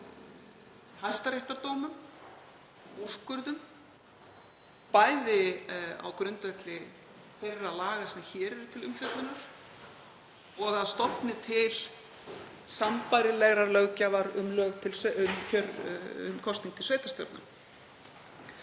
hæstaréttardómum, úrskurðum, bæði á grundvelli þeirra laga sem hér eru til umfjöllunar og að stofni til sambærilegrar löggjafar um kosningu til sveitarstjórna.